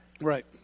Right